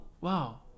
wow